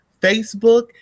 Facebook